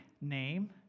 name